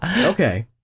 Okay